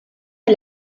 est